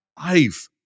life